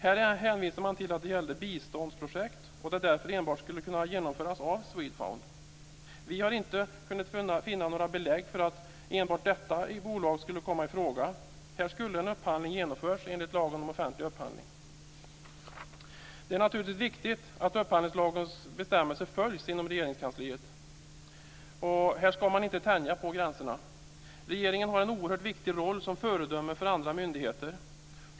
Här hänvisar man till att det gällde biståndsprojekt som enbart skulle kunna genomföras av Swedfund. Vi har inte kunnat finna några belägg för att enbart detta bolag skulle komma i fråga. Här skulle en upphandling har genomförts enligt lagen om offentlig upphandling. Det är naturligtvis viktigt att upphandlingslagens bestämmelser följs inom Regeringskansliet. Här ska man inte tänja på gränserna. Regeringen har en oerhört viktig roll som föredöme för andra myndigheter.